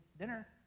dinner